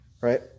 right